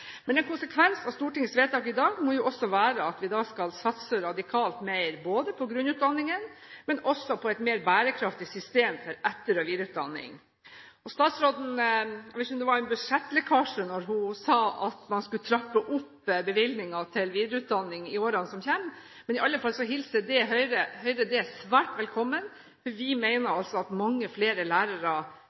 En konsekvens av Stortingets vedtak i dag må også være at vi skal satse radikalt mer både på grunnutdanningen og på et mer bærekraftig system for etter- og videreutdanning. Jeg vet ikke om det var en budsjettlekkasje da statsråden sa at man skulle trappe opp bevilgningen til videreutdanning i årene som kommer, men Høyre hilser i alle fall det svært velkommen. Vi mener at mange flere lærere